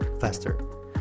faster